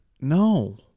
No